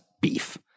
beef